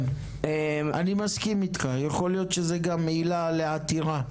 אני מסכים איתך, יכול להיות שזו גם עילה לעתירה.